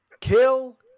kill